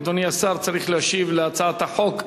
אדוני השר צריך להשיב על הצעת החוק.